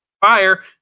Fire